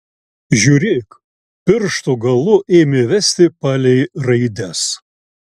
žiūrėk piršto galu ėmė vesti palei raides